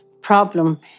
problem